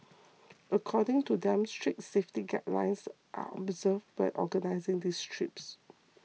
according to them strict safety guidelines are observed when organising these trips